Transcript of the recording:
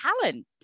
talent